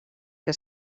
que